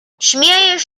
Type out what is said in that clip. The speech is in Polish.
śmiejesz